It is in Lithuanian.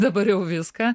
dabar jau viską